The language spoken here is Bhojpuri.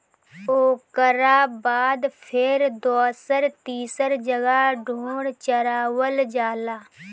ओकरा बाद फेर दोसर तीसर जगह ढोर चरावल जाला